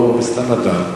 לא בסתם אדם.